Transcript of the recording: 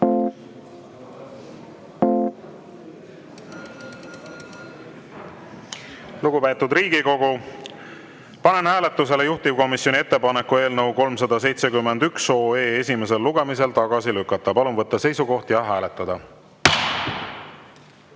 Lugupeetud Riigikogu, panen hääletusele juhtivkomisjoni ettepaneku eelnõu 371 esimesel lugemisel tagasi lükata. Palun võtta seisukoht ja hääletada!